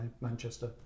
Manchester